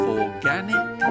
organic